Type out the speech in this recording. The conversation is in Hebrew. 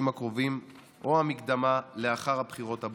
הקרובים או מהמקדמה לאחר הבחירות הבאות.